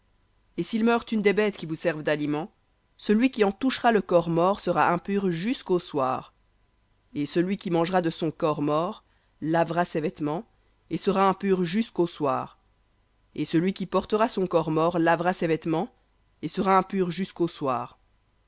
et s'il meurt une des bêtes qui vous servent d'aliment celui qui en touchera le corps mort sera impur jusqu'au soir et celui qui mangera de son corps mort lavera ses vêtements et sera impur jusqu'au soir et celui qui portera son corps mort lavera ses vêtements et sera impur jusqu'au soir